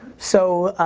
so